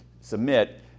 submit